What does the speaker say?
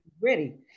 ready